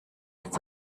als